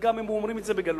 וגם הם אומרים את זה בגלוי,